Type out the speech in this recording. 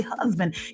husband